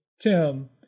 Tim